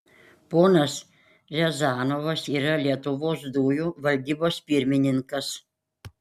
ponas riazanovas yra lietuvos dujų valdybos pirmininkas